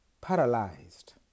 paralyzed